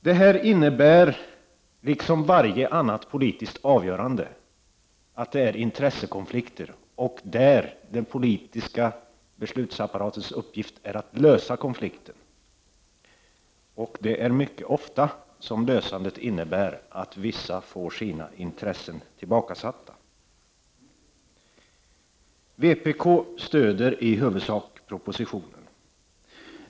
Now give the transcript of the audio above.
Detta avgörande, liksom varje annat politiskt avgörande, innebär att intressekonflikter uppstår. Men det är en uppgift för den politiska beslutsapparaten att lösa sådana konflikter. Mycket ofta innebär det dock att vissa inte får sina intressen tillgodosedda. Vi i vpk stöder i huvudsak propositionen.